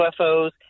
UFOs